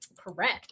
Correct